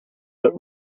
that